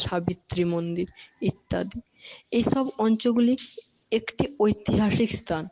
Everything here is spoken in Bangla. সাবিত্রী মন্দির ইত্যাদি এইসব অঞ্চলগুলি একটি ঐতিহাসিক স্থান